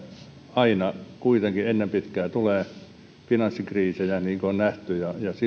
aina kuitenkin ennen pitkää tulee finanssikriisejä niin kuin on nähty